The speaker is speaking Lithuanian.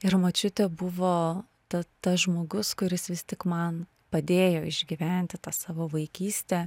ir močiutė buvo ta tas žmogus kuris vis tik man padėjo išgyventi tą savo vaikystę